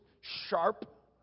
sharp